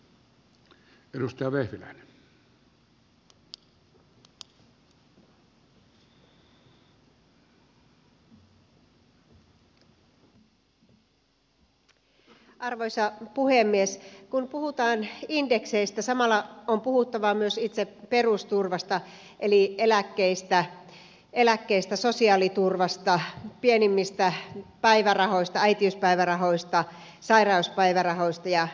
kun puhutaan indekseistä samalla on puhuttava myös itse perusturvasta eli eläkkeistä sosiaaliturvasta pienimmistä päivärahoista äitiyspäivärahoista sairauspäivärahoista ja niinpäin pois